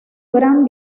gran